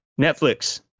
netflix